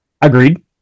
Agreed